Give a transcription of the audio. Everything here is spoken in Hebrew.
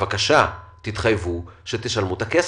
תתחייבו לשלם את הכסף,